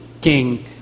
king